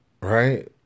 Right